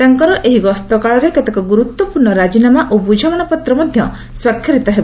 ତାଙ୍କର ଏହି ଗସ୍ତ କାଳରେ କେତେକ ଗୁରୁତ୍ୱପୂର୍ଣ୍ଣ ରାଜିନାମା ଓ ବୁଝାମଣାପତ୍ର ମଧ୍ୟ ସ୍ୱାକ୍ଷରିତ ହେବ